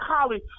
college